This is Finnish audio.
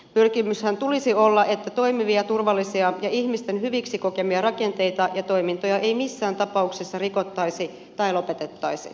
pyrkimyksenhän tulisi olla että toimivia turvallisia ja ihmisten hyviksi kokemia rakenteita ja toimintoja ei missään tapauksessa rikottaisi tai lopetettaisi